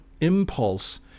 impulse